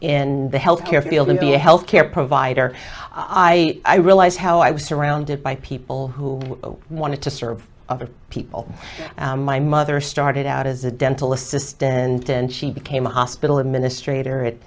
in the health care field and be a healthcare provider i realize how i was surrounded by people who wanted to serve other people my mother started out as a dental assistant and then she became a hospital administrator